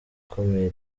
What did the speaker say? ukomeye